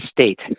state